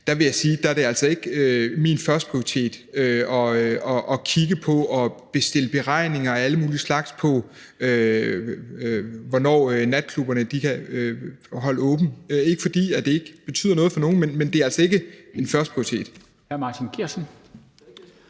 der vil jeg sige, at det altså ikke er min førsteprioritet at kigge på at få bestilt beregninger af alle mulige slags på, hvornår natklubberne kan holde åbent; ikke fordi det ikke betyder noget for nogen, men det er altså ikke en førsteprioritet.